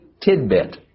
tidbit